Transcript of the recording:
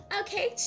okay